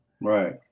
Right